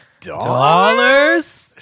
dollars